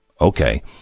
Okay